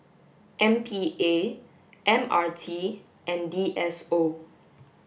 M P A M R T and D S O